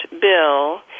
bill